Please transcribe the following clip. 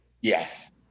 yes